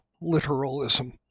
literalism